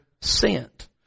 sent